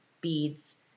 beads